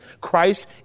Christ